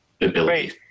ability